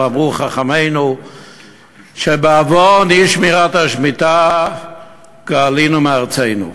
ואמרו חכמינו שבעוון אי-שמירת השמיטה גלינו מארצנו.